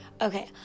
Okay